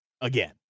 Again